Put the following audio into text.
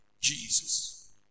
Jesus